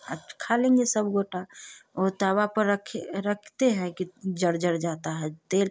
और खा लेंगे सब गोटा वह तवा पर रखे रखते हैं कि जल जल जाता है तेल